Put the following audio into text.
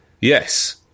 Yes